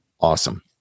awesome